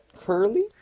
Curly